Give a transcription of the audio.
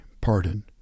pardon